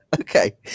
Okay